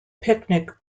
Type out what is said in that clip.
picnic